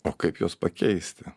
o kaip juos pakeisti